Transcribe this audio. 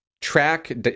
track